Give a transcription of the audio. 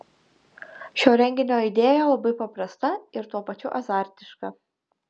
šio renginio idėja labai paprasta ir tuo pačiu azartiška